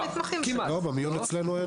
לא, במיון אצלנו אין.